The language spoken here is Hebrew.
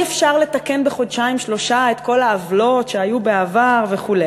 אי-אפשר לתקן בחודשיים-שלושה את כל העוולות שהיו בעבר וכו'.